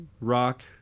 rock